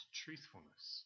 truthfulness